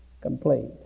Complete